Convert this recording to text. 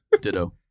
Ditto